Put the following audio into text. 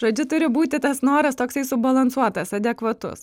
žodžiu turi būti tas noras toksai subalansuotas adekvatus